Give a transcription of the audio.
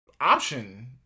option